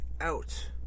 out